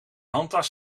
handtas